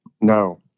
No